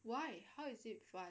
why how is it